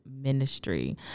ministry